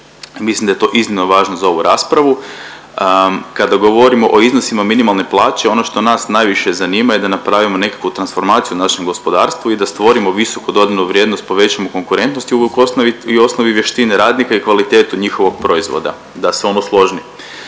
mislim da je to iznimno važno za ovu raspravu, kada govorimo o iznosima minimalne plaće, ono što nas najviše zanima je da napravimo nekakvu transformaciju u našem gospodarstvu i da stvorimo visoku dodanu vrijednost, povećamo konkurentnost i u osnovi vještine radnika i kvalitetu njihovog proizvoda, da se on osložni.